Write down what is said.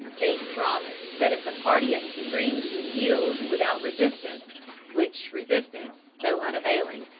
they promised that if the party at the springs would yield without resistance which resistance, though unavailing,